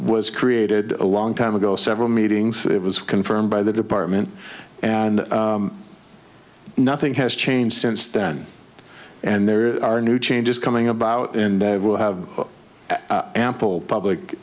was created a long time ago several meetings it was confirmed by the department and nothing has changed since then and there are new changes coming about and there will have ample public